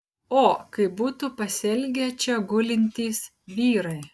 o kaip būtų pasielgę čia gulintys vyrai